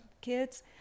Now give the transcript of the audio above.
kids